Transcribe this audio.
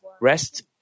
rest